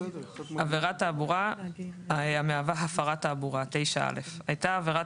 "עבירת תעבורה המהווה הפרת תעבורה9א.הייתה עבירת